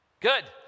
Good